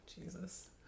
Jesus